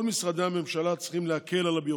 כל משרדי הממשלה צריכים להקל את הביורוקרטיה,